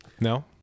No